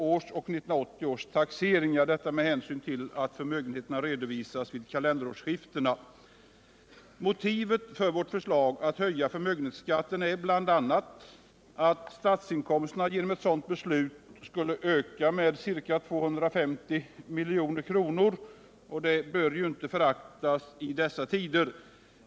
Motivet för vårt förslag att höja förmögenhetsskatten är bl.a. att statsinkomsterna genom ett sådant beslut skulle öka med ca 250 milj.kr. — och det bör ju inte föraktas i dessa tider.